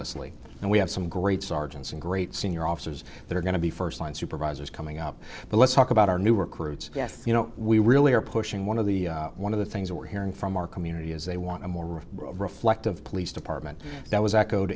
ssly and we have some great sergeants and great senior officers that are going to be first line supervisors coming up but let's talk about our new recruits you know we really are pushing one of the one of the things that we're hearing from our community is they want a more reflective police department that was